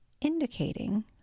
indicating